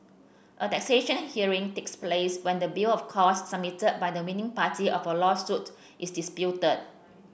a taxation hearing takes place when the bill of costs submitted by the winning party of a lawsuit is disputed